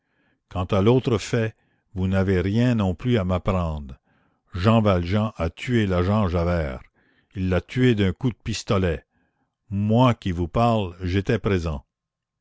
quant à l'autre fait vous n'avez rien non plus à m'apprendre jean valjean a tué l'agent javert il l'a tué d'un coup de pistolet moi qui vous parle j'étais présent